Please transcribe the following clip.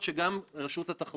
למה אני אומר את שני הדברים האלה?